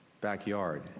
backyard